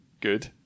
Good